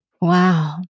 Wow